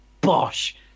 bosh